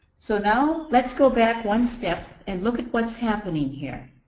so now, let's go back one step and look at what's happening here.